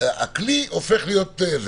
הכלי הופך להיות.